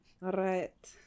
right